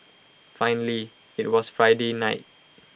finally IT was Friday night